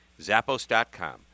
Zappos.com